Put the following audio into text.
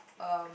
um